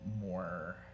more